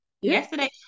Yesterday